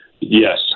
Yes